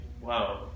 Wow